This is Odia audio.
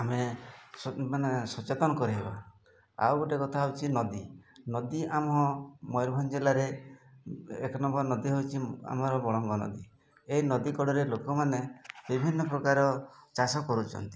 ଆମେମାନେ ସଚେତନ କରାଇବା ଆଉ ଗୋଟିଏ କଥା ହେଉଛି ନଦୀ ନଦୀ ଆମ ମୟୂରଭଞ୍ଜ ଜିଲ୍ଲାରେ ଏକ ନମ୍ବର୍ ନଦୀ ହେଉଛି ଆମର ବଳମ୍ବ ନଦୀ ଏହି ନଦୀ କଡ଼ରେ ଲୋକମାନେ ବିଭିନ୍ନ ପ୍ରକାର ଚାଷ କରୁଛନ୍ତି